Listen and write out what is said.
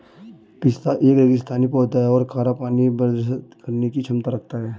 पिस्ता एक रेगिस्तानी पौधा है और खारा पानी बर्दाश्त करने की क्षमता रखता है